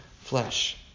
flesh